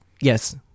Yes